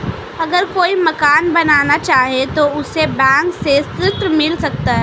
अगर कोई मकान बनाना चाहे तो उसे बैंक से ऋण मिल सकता है?